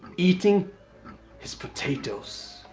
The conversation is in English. eating his potatoes.